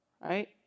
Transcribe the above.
Right